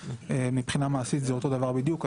ומבחינה מעשית זה אותו הדבר בדיוק.